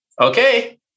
Okay